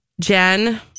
Jen